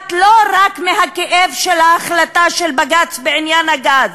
נובעת לא רק מהכאב על ההחלטה של בג"ץ בעניין הגז,